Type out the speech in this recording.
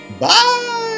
Bye